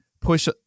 push